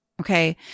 Okay